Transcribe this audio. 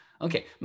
Okay